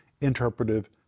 Interpretive